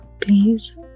please